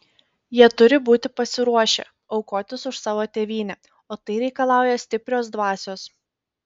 jie turi būti pasiruošę aukotis už savo tėvynę o tai reikalauja stiprios dvasios